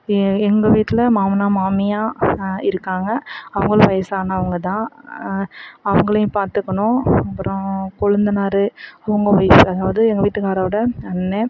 எ எங்கள் வீட்டில் மாமனார் மாமியார் இருக்காங்க அவங்களும் வயதானவங்கதான் அவங்களையும் பார்த்துக்கணும் அப்புறம் கொழுந்தனாரு உங்கள் வீட்டில் அதாவது எங்கள் வீட்டுக்காரரோட அண்ணன்